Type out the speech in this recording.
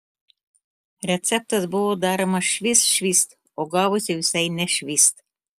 receptas buvo daromas švyst švyst o gavosi visai ne švyst